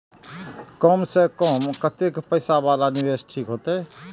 कम से कम कतेक पैसा वाला निवेश ठीक होते?